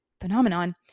phenomenon